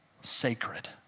sacred